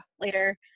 later